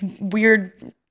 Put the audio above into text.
weird